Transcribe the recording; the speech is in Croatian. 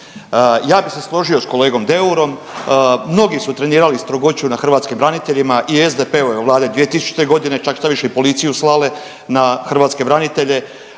Ja bih se složio sa kolegom Deurom. Mnogi su trenirali strogoću na hrvatskim braniteljima i SDP-ove Vlade 2000. godine, čak štoviše i policiju slale na hrvatske branitelje.